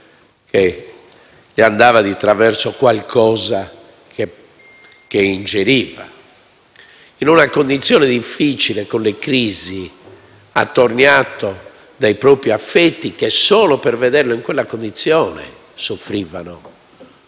gli andava di traverso qualcosa che ingeriva, in una condizione difficile con le crisi, attorniato dai propri familiari, che, solo per vederlo in quella condizione, soffrivano